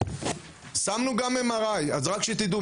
שמנו גם MRI. רק שתדעו,